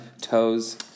toes